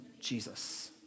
Jesus